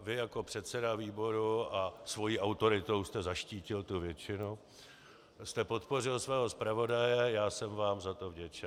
Vy jako předseda výboru, a svou autoritou jste zaštítil tu většinu, jste podpořil svého zpravodaje a já jsem vám za to vděčen.